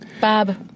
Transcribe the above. Bob